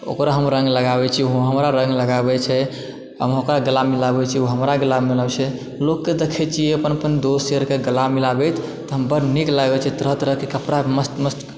ओकरा हम रङ्ग लगाबै छियै ओ हमरा रङ्ग लगाबै छै आब हम ओकरा गला मिलाबै छियै ओ हमरा गला मिलाबै छै लोकके दखै छियै अपन अपन दोस यारके गला मिलाबैत तऽ हम बड़ नीक लागै छै तरह तरहके कपड़ा मस्त मस्त